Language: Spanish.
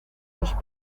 los